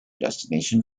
destination